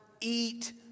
eat